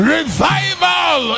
Revival